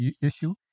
issue